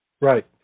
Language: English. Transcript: Right